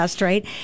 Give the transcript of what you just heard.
right